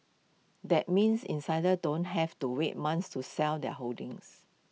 that means insiders don't have to wait months to sell their holdings